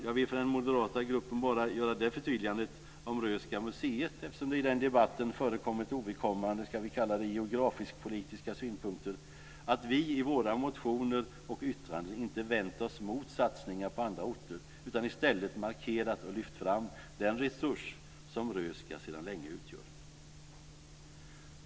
Jag vill för den moderata gruppen bara göra det förtydligandet om Röhsska museet - eftersom det i den debatten förekommit ovidkommande, ska vi kalla dem, geografisk-politiska synpunkter - att vi i våra motiner och yttranden inte vänt oss mot satsningar på andra orter utan i stället markerat och lyft fram den resurs som Röhsska sedan länge utgör.